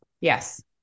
Yes